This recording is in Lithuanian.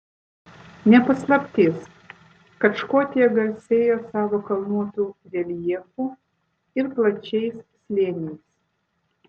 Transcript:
ne paslaptis kad škotija garsėja savo kalnuotu reljefu ir plačiais slėniais